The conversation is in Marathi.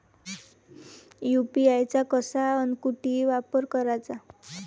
यू.पी.आय चा कसा अन कुटी वापर कराचा?